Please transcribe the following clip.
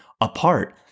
apart